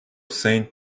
saint